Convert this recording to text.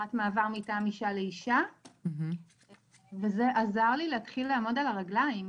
דירת מעבר מטעם "אישה לאישה" וזה עזר לי להתחיל לעמוד על הרגליים,